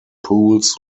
pools